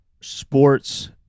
sports